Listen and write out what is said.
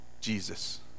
Jesus